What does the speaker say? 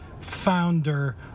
founder